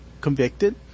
convicted